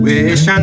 Wish